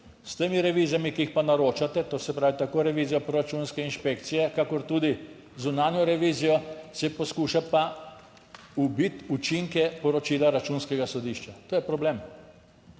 S temi revizijami, ki jih pa naročate, to se pravi, tako revizijo proračunske inšpekcije kakor tudi zunanjo revizijo, se poskuša pa ubiti učinke poročila Računskega sodišča. To je problem!